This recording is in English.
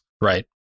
right